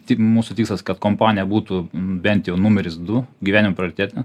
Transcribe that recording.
tik mūsų tikslas kad kompanija būtų bent jau numeris du gyvenimo prioritete